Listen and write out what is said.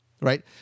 right